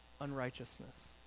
unrighteousness